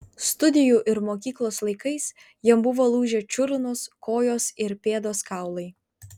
studijų ir mokyklos laikais jam buvo lūžę čiurnos kojos ir pėdos kaulai